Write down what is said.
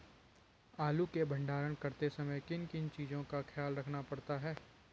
आलू के भंडारण करते समय किन किन चीज़ों का ख्याल रखना पड़ता है?